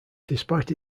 despite